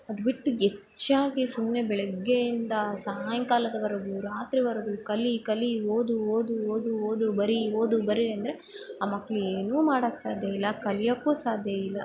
ಅದ್ಬಿಟ್ಟು ಹೆಚ್ಚಾಗಿ ಸುಮ್ನೆ ಬೆಳಿಗ್ಗೆಯಿಂದ ಸಾಯಂಕಾಲದವರೆಗೂ ರಾತ್ರಿವರೆಗೂ ಕಲಿ ಕಲಿ ಓದು ಓದು ಓದು ಓದು ಬರೀ ಓದು ಬರೆ ಅಂದರೆ ಆ ಮಕ್ಳು ಏನೂ ಮಾಡೋಕ್ಕೆ ಸಾಧ್ಯ ಇಲ್ಲ ಕಲಿಯೋಕ್ಕೂ ಸಾಧ್ಯ ಇಲ್ಲ